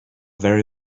very